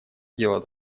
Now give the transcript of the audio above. дело